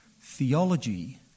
Theology